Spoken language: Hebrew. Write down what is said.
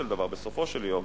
בסופו של יום,